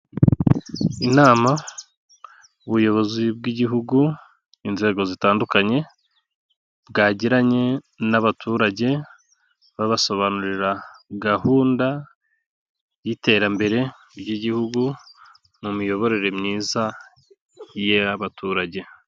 Inama ubuyobozi bw'Igihugu, inzego zitandukanye bwagiranye n'abaturage babasobanurira gahunda y'iterambere ry'Igihugu mu miyoborere myiza y'abaturage.